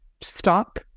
stop